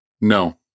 No